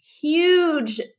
huge